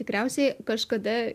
tikriausiai kažkada